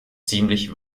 ziemlich